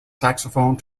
saxophone